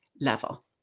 level